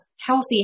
healthy